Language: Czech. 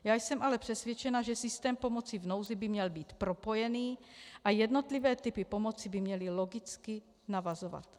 Já jsem ale přesvědčena, že systém pomoci v nouzi by měl být propojený a jednotlivé typy pomoci by měly logicky navazovat.